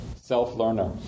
Self-learner